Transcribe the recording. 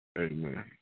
Amen